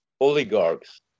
oligarchs